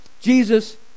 jesus